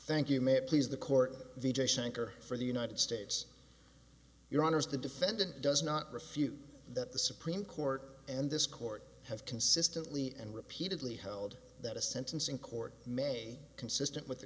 thank you may it please the court d j shanker for the united states your honors the defendant does not refute that the supreme court and this court has consistently and repeatedly held that a sentencing court may consistent with the